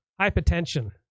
hypertension